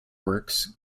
works